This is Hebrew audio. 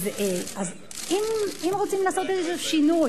אז אם רוצים לעשות איזשהו שינוי,